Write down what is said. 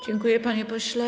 Dziękuję, panie pośle.